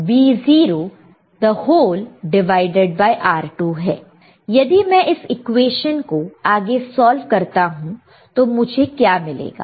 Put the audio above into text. तो यदि मैं इस इक्वेशन को आगे सॉल्व करता हूं तो मुझे क्या मिलेगा